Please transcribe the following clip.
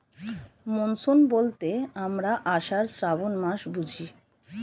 monsoon বলতে আমরা আষাঢ়, শ্রাবন মাস বুঝি